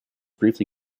briefly